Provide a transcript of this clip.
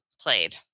played